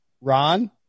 Ron